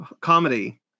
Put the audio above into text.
comedy